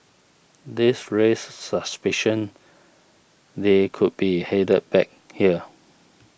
this raised suspicion they could be headed back here